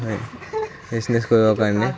business কৰিব কাৰণে